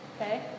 Okay